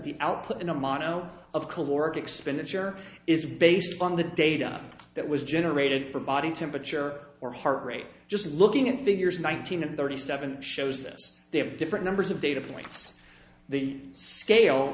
the output in a monotone of caloric expenditure is based on the data that was generated for body temperature or heart rate just looking at figures one thousand and thirty seven shows this they have different numbers of data points the scale